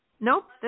Nope